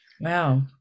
Wow